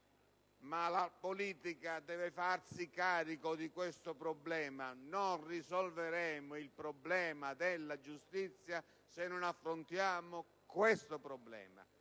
Ma la politica deve farsi carico di tale questione. Non risolveremo i problemi della giustizia se non affrontiamo questa riforma